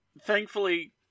thankfully